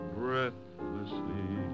breathlessly